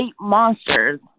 monsters